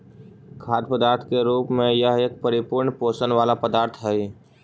खाद्य पदार्थ के रूप में यह एक परिपूर्ण पोषण वाला पदार्थ हई